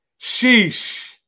Sheesh